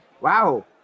Wow